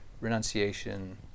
renunciation